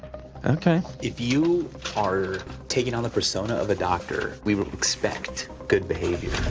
okay, if you are taking on the persona of a doctor, we expect good behavior.